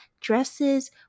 dresses